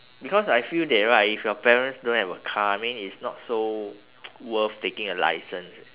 because I feel that right if your parents don't have a car I mean it's not so worth taking a license